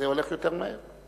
זה הולך יותר מהר.